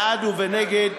בעד או נגד,